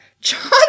John